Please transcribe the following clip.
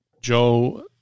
Joe